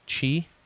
chi